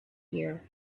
year